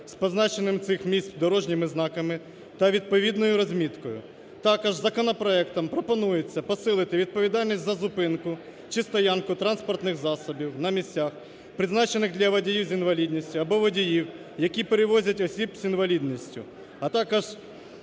з позначенням цих місць дорожніми знаками та відповідною розміткою. Також законопроектом пропонується посилити відповідальність за зупинку чи стоянку транспортних засобів на місцях, призначених для водіїв з інвалідністю або водіїв, які перевозять осіб з інвалідністю, а також